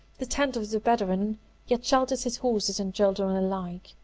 the tent of the bedawin yet shelters his horses and children alike.